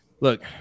Look